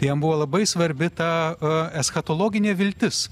jam buvo labai svarbi ta eschatologinė viltis